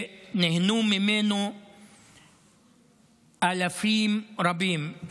שנהנו ממנו אלפים רבים.